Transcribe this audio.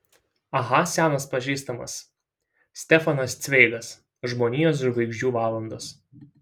aha senas pažįstamas stefanas cveigas žmonijos žvaigždžių valandos